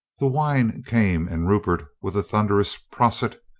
the wine came and rupert with a thunder ous prosit!